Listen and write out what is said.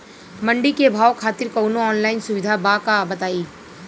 मंडी के भाव खातिर कवनो ऑनलाइन सुविधा बा का बताई?